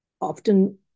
often